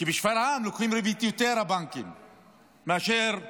כי בשפרעם הבנקים לוקחים יותר ריבית מאשר ברעננה.